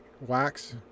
wax